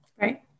Right